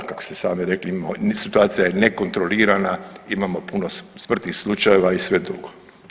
Kako ste sami rekli situacija je nekontrolirana, imamo puno smrtnih slučajeva i sve drugo.